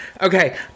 Okay